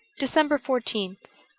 december fourteenth